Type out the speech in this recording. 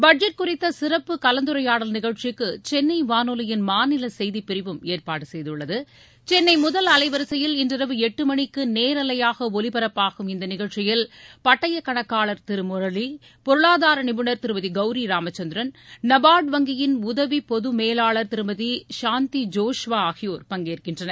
budget குறித்த சிறப்பு கலந்துரையாடல் நிகழ்ச்சிக்கு சென்னை வானொலியின் மாநில செய்திப்பிரிவும் ஏற்பாடு செய்துள்ளது சென்னை முதல் அலைவரிசையில் இன்றிரவு எட்டு மணிக்கு நேரவையாக ஒலிபரப்பாகும் இந்த நிகம்ச்சியில் பட்டய கணக்காளர் திரு முரளி பொருளாதார நிபுணர் திருமதி கௌரி ராமச்சந்திரன் நபார்டு வங்கியின் உதவி பொது மேலாளர் திருமதி சாந்தி ஜேஷ்வா ஆகியோர் பங்கேற்கின்றனர்